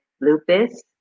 lupus